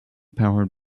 powered